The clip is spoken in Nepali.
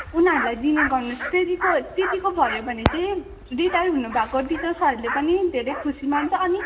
उनीहरूलाई दिने गर्नुहोस् त्यत्तिको त्यत्तिको भयो भने चाहिँ रिटायर हुनुभएको टिचर्सहरूले पनि धेरै खुसी मान्छ अनि